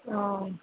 ஆ